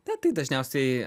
ne tai dažniausiai